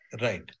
Right